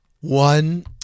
One